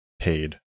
paid